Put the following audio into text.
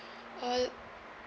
uh